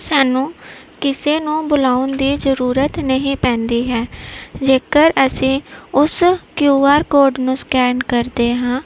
ਸਾਨੂੰ ਕਿਸੇ ਨੂੰ ਬੁਲਾਉਣ ਦੀ ਜ਼ਰੂਰਤ ਨਹੀਂ ਪੈਂਦੀ ਹੈ ਜੇਕਰ ਅਸੀਂ ਉਸ ਕਿਯੂ ਆਰ ਕੋਡ ਨੂੰ ਸਕੈਨ ਕਰਦੇ ਹਾਂ